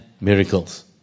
miracles